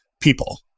people